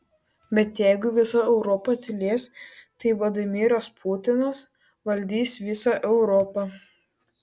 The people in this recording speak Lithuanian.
bet jeigu visa europa tylės tai vladimiras putinas valdys visą europą